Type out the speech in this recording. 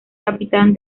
capitán